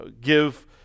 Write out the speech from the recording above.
give